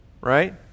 right